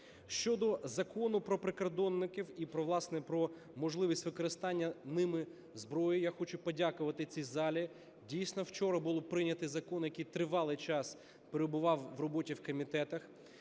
Щодо Закону про прикордонників і про, власне, про можливість використання ними зброї, я хочу подякувати цій залі. Дійсно, вчора був прийнятий закон, який тривалий час перебував у роботі в комітетах.